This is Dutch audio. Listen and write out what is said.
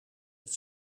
het